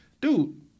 dude